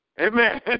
Amen